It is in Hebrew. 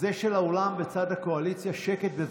של האולם, בצד הקואליציה, שקט, בבקשה.